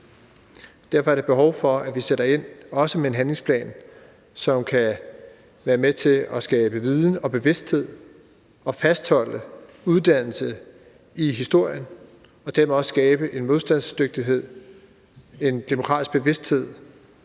Derfor er der behov for, at vi sætter ind, også med en handlingsplan, som kan være med til at skabe viden og bevidsthed og fastholde uddannelse i historie og dermed også skabe en modstandsdygtighed, en demokratisk bevidsthed,